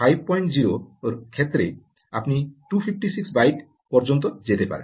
এবং 50 এর ক্ষেত্রে আপনি 256 বাইট পর্যন্ত যেতে পারেন